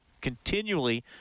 continually